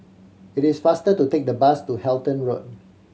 it is faster to take the bus to Halton Road